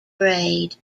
braid